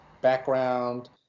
background